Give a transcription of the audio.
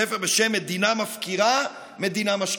ספר בשם "מדינה מפקירה מדינה משגיחה".